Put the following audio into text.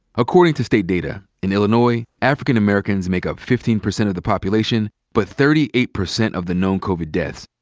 according to state data, in illinois african americans make up fifteen percent of the population, but thirty eight percent of the known covid deaths.